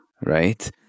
Right